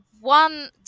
one